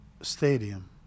Stadium